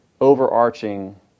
overarching